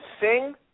sing